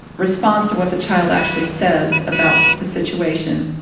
responds to what the child actually says about the situation,